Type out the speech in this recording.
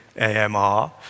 AMR